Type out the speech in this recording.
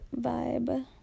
vibe